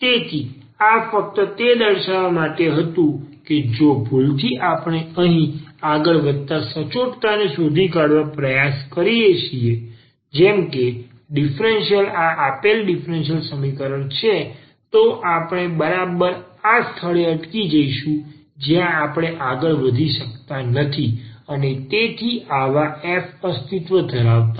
તેથી આ ફક્ત તે દર્શાવવા માટે હતું કે જો ભૂલથી આપણે અહીં આગળ વધતા સચોટતાને શોધી કાઢવા પ્રયાસ કરીએ છીએ જેમ કે ડીફરન્સીયલ આ આપેલ ડીફરન્સીયલ સમીકરણ છે તો આપણે બરાબર આ સ્થળે અટકી જઈશું જ્યાં આપણે આગળ વધી શકતા નથી અને તેથી આવા f અસ્તિત્વ નથી કરતા